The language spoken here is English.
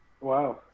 wow